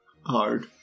Hard